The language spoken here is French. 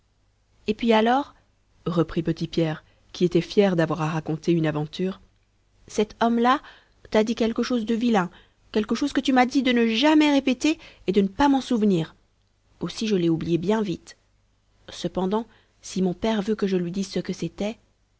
et puis alors reprit petit pierre qui était fier d'avoir à raconter une aventure cet homme-là t'a dit quelque chose de vilain quelque chose que tu m'as dit de ne jamais répéter et de ne pas m'en souvenir aussi je l'ai oublié bien vite cependant si mon père veut que je lui dise ce que c'était